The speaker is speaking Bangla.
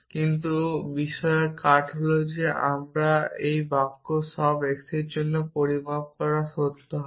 কিন্তু বিষয়ের কাট হল যে একটি বাক্য সব x এর জন্য পরিমাপ করা সত্য হবে